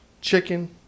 chicken